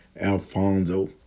Alfonso